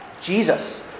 Jesus